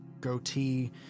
goatee